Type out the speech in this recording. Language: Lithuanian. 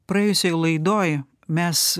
praėjusioj laidoj mes